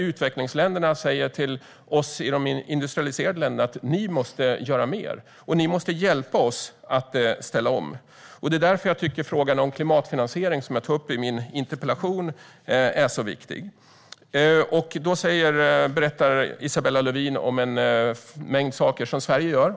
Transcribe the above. Utvecklingsländerna säger till oss i de industrialiserade länderna att vi måste göra mer och att vi måste hjälpa dem att ställa om. Det är därför jag tycker att frågan om klimatfinansiering, som jag tar upp i min interpellation, är så viktig. Isabella Lövin berättar om en mängd saker som Sverige gör.